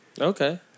Okay